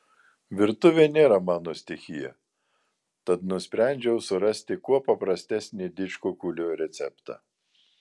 virtuvė nėra mano stichija tad nusprendžiau surasti kuo paprastesnį didžkukulių receptą